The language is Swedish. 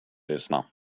lyssna